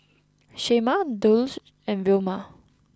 Shemar Dulce and Vilma